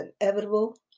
inevitable